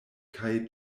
kaj